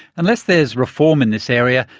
unless there is reform in this area,